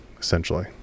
Essentially